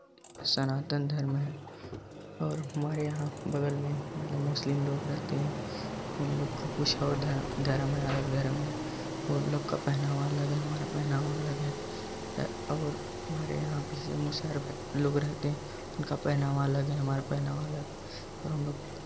सनातन धर्म है और हमारे यहाँ बगल में मतलब मुस्लिम लोग रहते हैं उन लोग को कुछ और धर्म है धर्म है और लोग का पहनावा अलग है हमारा पहनावा अलग है और हमारे यहाँ जैसे मुसहर लोग रहते हैं उनका पहनावा अलग है हमारा पहनावा अलग है हम लोग